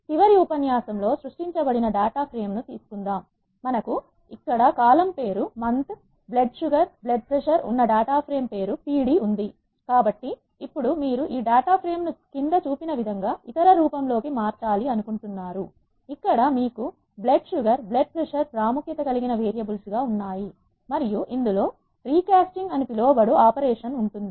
చివరి ఉపన్యాసంలో సృష్టించబడిన డేటా ఫ్రేమ్ ను తీసుకుందాం మనకు కాలమ్ పేరు monthblood sugar blood pressure ఉన్న డేటా ఫ్రేమ్ పేరు pd ఉంది కాబట్టి ఇప్పుడు మీరు ఈ డేటా ఫ్రేమ్ ను క్రింద చూపిన విధంగా ఇతర రూపం లో కి మార్చాలి అనుకుంటున్నాను ఇక్కడ మీకు బ్లడ్ షుగర్ బ్లడ్ ప్రషర్ నీకు ప్రాముఖ్యత కలిగిన వేరియబుల్స్ గా ఉన్నాయి మరియు ఇందులో రీ కాస్టింగ్ అని పిలువబడే ఆపరేషన్ ఉంటుంది